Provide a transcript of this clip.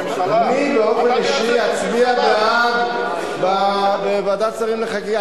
אני באופן אישי אצביע בעד בוועדת שרים לחקיקה.